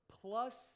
plus